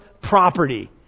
property